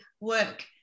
work